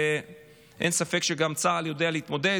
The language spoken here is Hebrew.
ואין ספק שגם צה"ל יודע להתמודד.